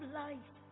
life